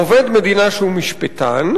עובד המדינה שהוא משפטן,